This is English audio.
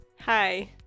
Hi